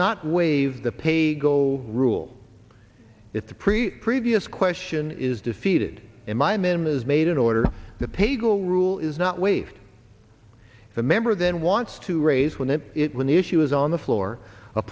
not waive the paygo rule it's pre previous question is defeated in my men is made in order to pay go rule is not waived if a member then wants to raise one in it when the issue is on the floor a